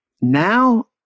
Now